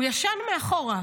הוא ישן מאחורה,